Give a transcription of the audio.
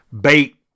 bait